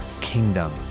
kingdom